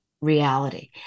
reality